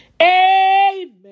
Amen